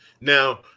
Now